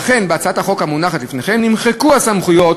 ואכן, בהצעת החוק המונחת לפניכם נמחקו הסמכויות